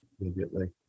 immediately